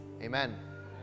Amen